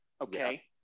okay